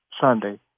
Sunday